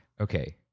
Okay